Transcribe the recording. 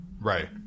right